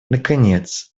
наконец